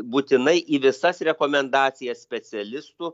būtinai į visas rekomendacijas specialistų